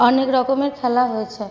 অনেক রকমের খেলা হয়েছে